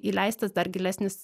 įleistas dar gilesnis